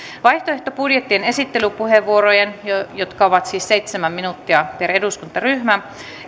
vaihtoehtobudjettien esittelypuheenvuorojen jotka ovat siis seitsemän minuuttia eduskuntaryhmä